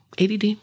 ADD